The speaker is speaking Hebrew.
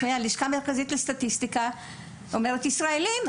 הלשכה המרכזית לסטטיסטיקה אומרת שהם ישראלים,